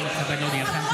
אני מתכבד להודיעכם,